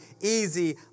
easy